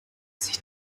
sich